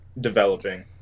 developing